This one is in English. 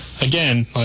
again